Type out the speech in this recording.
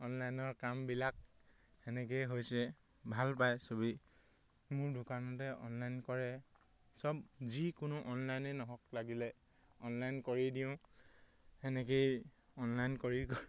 অনলাইনৰ কামবিলাক সেনেকৈয়ে হৈছে ভাল পায় চবেই মোৰ দোকানতে অনলাইন কৰে চব যিকোনো অনলাইনে নহওক লাগিলে অনলাইন কৰি দিওঁ সেনেকৈয়ে অনলাইন কৰি কৰি